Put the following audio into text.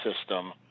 system